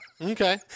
Okay